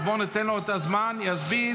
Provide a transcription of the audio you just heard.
אז בוא ניתן לו את הזמן והוא יסביר.